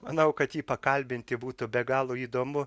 manau kad jį pakalbinti būtų be galo įdomu